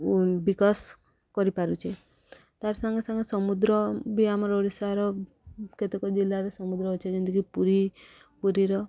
ବିକାଶ କରିପାରୁଛେ ତାର୍ ସାଙ୍ଗେ ସାଙ୍ଗେ ସମୁଦ୍ର ବି ଆମର ଓଡ଼ିଶାର କେତେକ ଜିଲ୍ଲାରେ ସମୁଦ୍ର ଅଛି ଯେମିତିକି ପୁରୀ ପୁରୀର